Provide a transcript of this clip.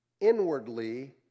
inwardly